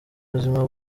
buzima